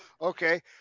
okay